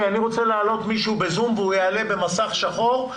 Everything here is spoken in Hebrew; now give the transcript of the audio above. אני רוצה להעלות מישהו בזום והוא יעלה במסך שחור,